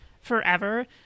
forever